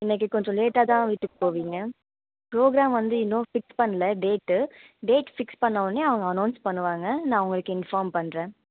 இன்னக்கு கொஞ்சம் லேட்டாக தான் வீட்டுக்கு போவிங்க ப்ரோக்ராம் வந்து இன்னும் ஃபிக்ஸ் பண்ணல டேட்டு டேட்டு ஃபிக்ஸ் பண்ணவோன்னே அவங்க அனோன்ஸ் பண்ணுவாங்க நான் உங்களுக்கு இன்ஃபார்ம் பண்ணுறேன்